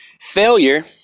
Failure